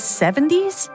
70s